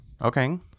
Okay